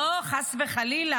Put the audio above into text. לא, חס וחלילה.